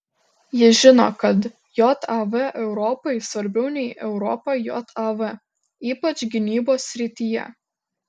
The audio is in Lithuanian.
jis žino kad jav europai svarbiau nei europa jav ypač gynybos srityje